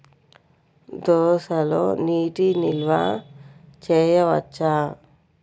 దోసలో నీటి నిల్వ చేయవచ్చా?